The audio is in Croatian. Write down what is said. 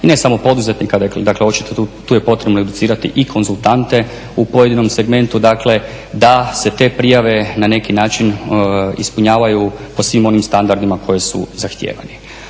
i ne samo poduzetnika dakle očito tu je potrebno educirati i konzultante u pojedinom segmentu dakle da se te prijave na neki način ispunjavaju po svim onim standardima koji su zahtijevani.